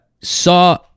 saw